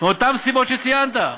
זה מאותן סיבות שציינת.